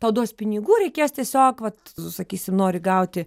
tau duos pinigų reikės tiesiog vat tu sakysi nori gauti